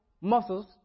muscles